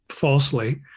Falsely